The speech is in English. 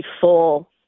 full